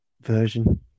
version